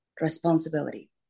responsibility